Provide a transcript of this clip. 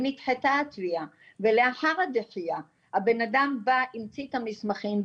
נדחתה התביעה ולאחר התביעה הבן אדם בא המציא את המסמכים,